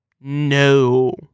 No